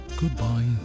goodbye